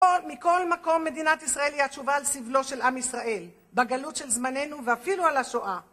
מכל מקום מדינת ישראל היא התשובה על סבלו של עם ישראל, בגלות של זמננו ואפילו על השואה.